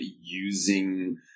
using